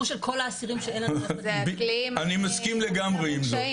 של כל האסירים --- אני מסכים לגמרי עם זאת.